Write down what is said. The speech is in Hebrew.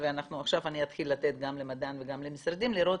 ועכשיו אני אתן גם למדען וגם למשרדים, לראות